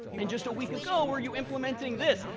and just a week ago, were you implementing this,